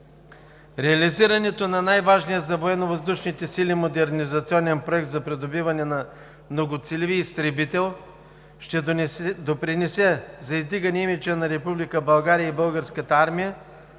Реализирането на най-важния за Военновъздушните сили модернизационен проект за придобиване на многоцелеви изтребител ще допринесе за издигане имиджа на Република